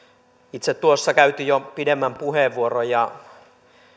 itse tuossa käytin jo pidemmän puheenvuoron ja